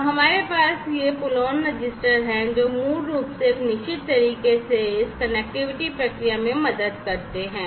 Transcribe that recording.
तो हमारे पास ये पुल ऑन रजिस्टर हैं जो मूल रूप से एक निश्चित तरीके से इस कनेक्टिविटी प्रक्रिया में मदद करते हैं